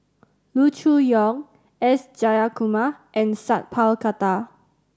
Loo Choon Yong S Jayakumar and Sat Pal Khattar